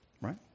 right